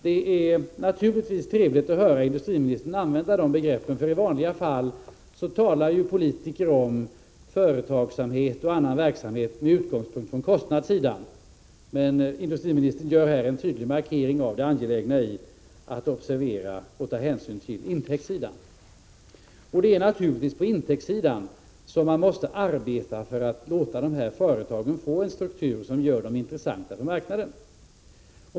Det är naturligtvis trevligt att höra industriministern använda de begreppen, för i vanliga fall talar ju politiker om företagsamhet och annan verksamhet med utgångspunkt i kostnadssidan. Industriministern gör här en tydlig markering av det angelägna i att observera och ta hänsyn till intäktssidan. Det är naturligtvis på intäktssidan som man måste arbeta för att låta dessa företag få en struktur som gör dem intressanta på marknaden.